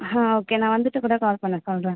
ஹாம் okay நான் வந்துட்டு கூட கால் பண்ண சொல்கிறேன்